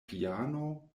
piano